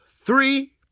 three